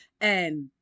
And-